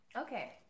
Okay